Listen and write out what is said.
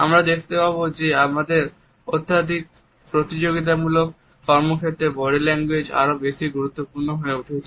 আমরা দেখতে পাবো যে আমাদের অত্যধিক প্রতিযোগিতামূলক কর্মক্ষেত্রে বডি ল্যাঙ্গুয়েজ আরো বেশি গুরুত্বপূর্ণ হয়ে উঠেছে